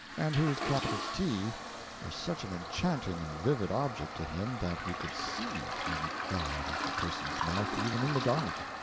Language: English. and whose capital t was such an enchanting and vivid object to him that he could see it when it fell out of a person's mouth even in the dark.